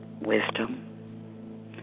wisdom